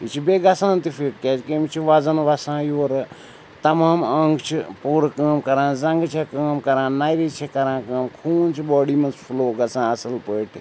یہِ چھِ بیٚیہِ گَژھان تہِ فِٹ کیٛازِکہِ أمِس چھِ وَزَن وَسان یورٕ تَمام انٛگ چھِ پوٗرٕ کٲم کَران زنٛگہٕ چھےٚ کٲم کَران نَرِ چھےٚ کَران کٲم خوٗن چھِ باڈی منٛز فٕلو گَژھان اَصٕل پٲٹھۍ